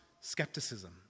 skepticism